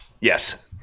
Yes